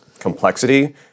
complexity